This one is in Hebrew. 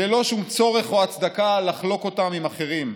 ללא שום צורך או הצדקה לחלוק אותם עם אחרים.